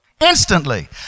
Instantly